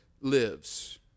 lives